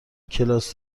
کلاس